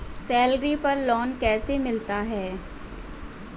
Salary पर loan कैसे मिलता है?